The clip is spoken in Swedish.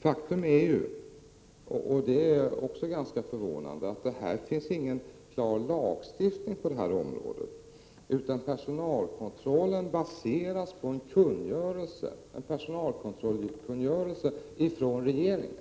Faktum är, vilket också är ganska förvånande, att det inte finns någon 87 lagstiftning på detta område, utan personalkontrollen baseras på en kungörelse, personalkontrollkungörelsen, från regeringen,